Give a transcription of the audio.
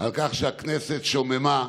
על כך שהכנסת שוממה,